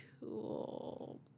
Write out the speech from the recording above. cool